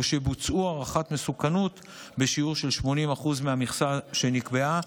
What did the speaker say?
או שבוצעו הערכת מסוכנות בשיעור של 80% מהמכסה שנקבעה,